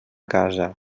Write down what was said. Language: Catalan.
casa